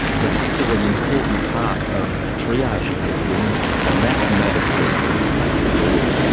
but it's still an important part of triaging these women and that's not addressed in this paper at all,